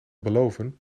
beloven